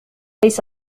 ليس